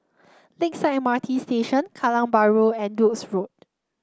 Lakeside M R T Station Kallang Bahru and Duke's Road